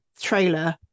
trailer